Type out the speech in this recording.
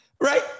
right